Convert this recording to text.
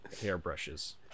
hairbrushes